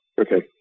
Okay